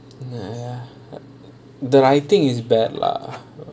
!hais! ya the writing is bad lah